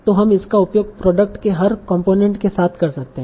तो हम इसका उपयोग प्रोडक्ट के हर कॉम्पोनेन्ट के साथ कर सकते है